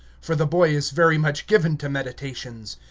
for the boy is very much given to meditations.